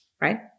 right